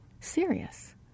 serious